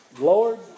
Lord